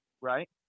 right